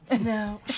No